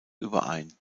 überein